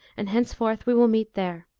and henceforth we will meet there